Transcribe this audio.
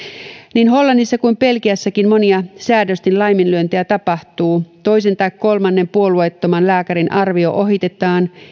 niin hollannissa kuin belgiassakin tapahtuu monia säädösten laiminlyöntejä toisen tai kolmannen puolueettoman lääkärin arvio ohitetaan